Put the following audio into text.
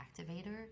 Activator